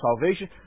salvation